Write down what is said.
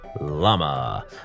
llama